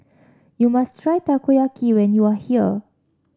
you must try Takoyaki when you are here